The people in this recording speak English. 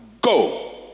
go